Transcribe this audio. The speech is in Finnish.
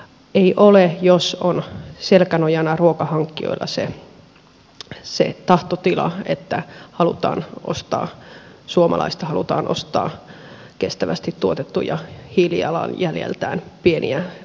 ei ole jos on selkänojana ruokahankkijoilla se tahtotila että halutaan ostaa suomalaista halutaan ostaa kestävästi tuotettuja hiilijalanjäljeltään pieniä elintarvikkeita